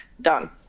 done